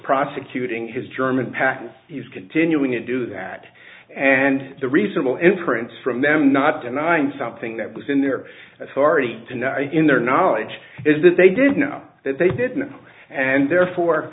prosecuting his german patent he's continuing to do that and the reasonable inference from them not denying something that was in there that's already in their knowledge is that they did know that they didn't and therefore